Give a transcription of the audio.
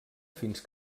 fins